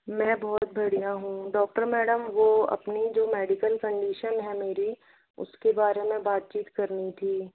मैं बहुत बढ़िया हूँ डॉक्टर मैडम वो अपनी जो मेडिकल कंडिशन है मेरी उसके बारे में बातचीत करनी थी